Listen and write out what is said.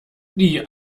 die